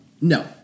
No